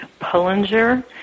Pullinger